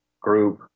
group